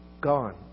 gone